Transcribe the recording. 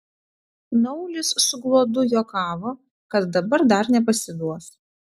naulis su gluodu juokavo kad dabar dar nepasiduos